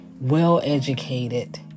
well-educated